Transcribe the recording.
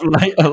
light